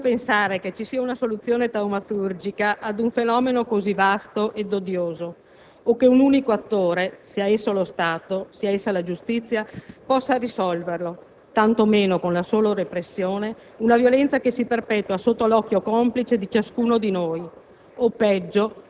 Non possiamo pensare che ci sia una soluzione taumaturgica ad un fenomeno così vasto e odioso o che un unico attore, sia esso lo Stato o la giustizia, possa risolverlo, tantomeno con la sola repressione, una violenza che si perpetua sotto l'occhio complice di ciascun di noi